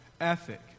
ethic